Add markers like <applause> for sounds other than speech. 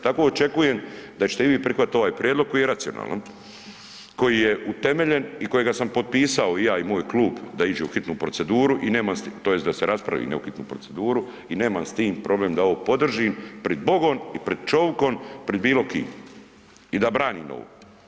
Tako očekujem da ćete i vi prihvatiti ovaj prijedlog koji je racionalan, koji je utemeljen i kojega sam potpisao ja i moj klub da idu u hitnu proceduru i ... <unintelligible> tj. da se raspravi, ne u hitnu proceduru i nemam s tim problem da ovo podržim pred Bogom i pred čovjekom, pred bilo kim i da branim ovo.